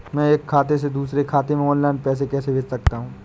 मैं एक खाते से दूसरे खाते में ऑनलाइन पैसे कैसे भेज सकता हूँ?